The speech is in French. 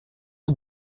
aux